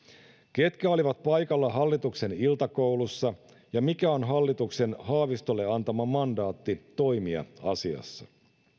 ketkä olivat paikalla hallituksen iltakoulussa ja mikä on hallituksen haavistolle antama mandaatti toimia asiassa